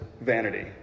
vanity